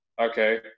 okay